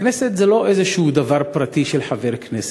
הכנסת זה לא איזשהו דבר פרטי של חבר כנסת,